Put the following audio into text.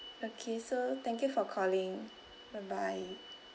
okay so thank you for calling bye bye